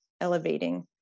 elevating